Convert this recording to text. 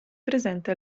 presente